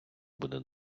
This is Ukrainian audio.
буде